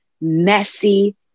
messy